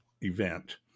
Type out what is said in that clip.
event